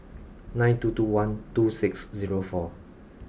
nine two two one two six zero four